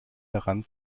daran